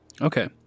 Okay